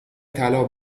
طلا